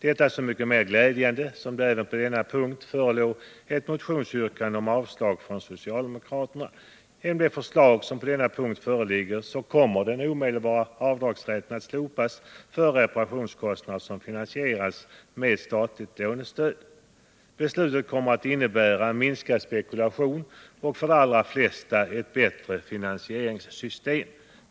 Detta är så mycket mer glädjande som det även på denna punkt förelåg ett motionsyrkande om avslag från socialdemokraterna. Genom det förslag som på denna punkt föreligger så kommer den omedelbara avdragsrätten att slopas för reparationskostnader som finansierats med statligt lånestöd. Beslutet kommer att innebära minskad spekulation och ett för de allra flesta bättre finansieringssystem.